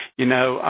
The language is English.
you know,